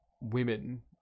women